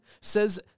says